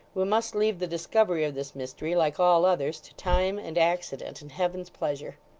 we must leave the discovery of this mystery, like all others, to time, and accident, and heaven's pleasure